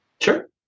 Sure